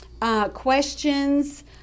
questions